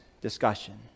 discussion